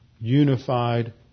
unified